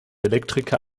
elektriker